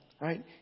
right